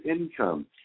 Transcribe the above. income